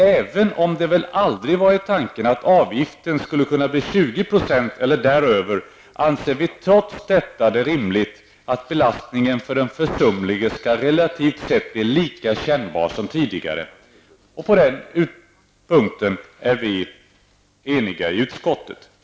Även om det väl aldrig varit tanken att avgiften skulle kunna bli 20 % eller därutöver anser vi det rimligt att belastningen för den försumlige blir relativt sett lika kännbar som tidigare. På den punkten är vi eniga i utskottet.